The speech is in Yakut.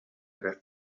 бэрт